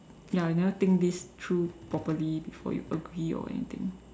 ya you never think this through properly before you agree or anything